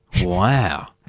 Wow